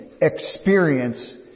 experience